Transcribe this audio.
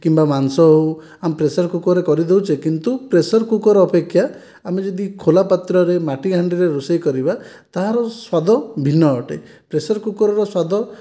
କିମ୍ବା ମାଂସ ହୋଉ ଆମେ ପ୍ରେସର୍କୁକର୍ରେ କରି ଦେଉଛେ କିନ୍ତୁ ପ୍ରେସର୍ କୁକର୍ ଅପେକ୍ଷା ଆମେ ଯଦି ଖୋଲା ପାତ୍ରରେ ମାଟି ହାଣ୍ଡିରେ ରୋଷେଇ କରିବା ତାହାର ସ୍ୱାଦ ଭିନ୍ନ ଅଟେ ପ୍ରେସର୍କୁକର୍ର ସ୍ୱାଦ କିମ୍ବା ମାଂସ ହେଉ ଆମେ ପ୍ରେସର୍କୁକର୍ରେ କରି ଦେଉଛେ କିନ୍ତୁ ପ୍ରେସର୍ କୁକର୍ ଅପେକ୍ଷା ଆମେ ଯଦି ଖୋଲା ପାତ୍ରରେ ମାଟି ହାଣ୍ଡିରେ ରୋଷେଇ କରିବା ତାହାର ସ୍ୱାଦ ଭିନ୍ନ ଅଟେ ପ୍ରେସର୍କୁକର୍ର ସ୍ୱାଦ